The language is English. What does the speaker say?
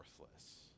worthless